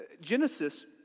Genesis